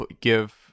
give